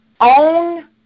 own